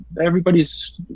everybody's